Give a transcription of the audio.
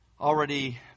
already